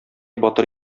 батыр